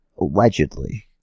Allegedly